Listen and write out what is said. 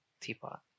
teapot